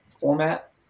format